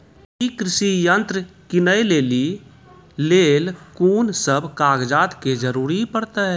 ई कृषि यंत्र किनै लेली लेल कून सब कागजात के जरूरी परतै?